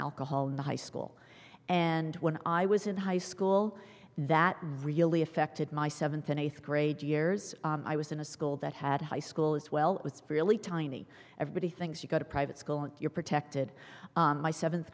alcohol in the high school and when i was in high school that really affected my seventh and eighth grade years i was in a school that had high school as well it was really tiny everybody thinks you go to private school and you're protected by seventh